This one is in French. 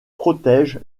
protège